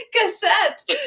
cassette